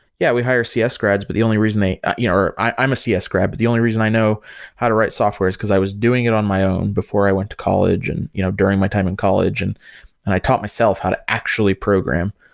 yeah, we hire cs grads, but the only reason they you know or, i'm a cs grad, but the only reason i know how to write software is because i was doing it on my own before i went to college and you know during my time in college, and and i taught myself how to actually program.